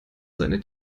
seine